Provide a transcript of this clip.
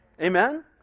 Amen